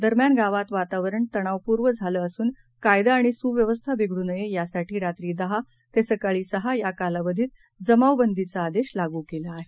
दरम्यानगावातवातावरणतणावपूर्णझालेअसूनकायदाआणिसुव्यवस्थाबिघडूनयेयासाठीरात्रीदहातेसकाळीसहायाकालावधीतजमावबंदीचा आदेशलागूकेलाआहे